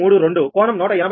532 కోణం 183